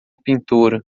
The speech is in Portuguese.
pintura